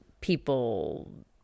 people